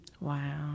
Wow